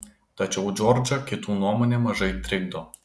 tačiau džordžą kitų nuomonė mažai trikdo